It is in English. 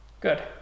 Good